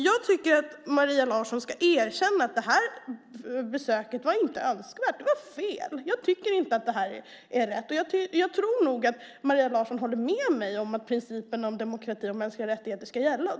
Jag tycker att Maria Larsson ska erkänna att det här besöket inte var önskvärt, att det var fel, att det inte var rätt. Jag tror nog att Maria Larsson håller med mig om att principen om demokrati och mänskliga rättigheter ska gälla.